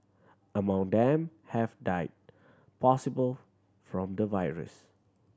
among them have died possible from the virus